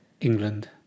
England